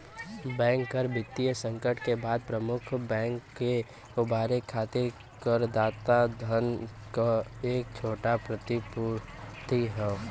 bank कर वित्तीय संकट के बाद प्रमुख बैंक के उबारे खातिर करदाता धन क एक छोटा प्रतिपूर्ति हौ